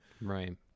Right